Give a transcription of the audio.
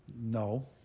No